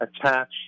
attach